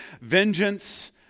vengeance